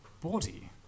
body